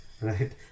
Right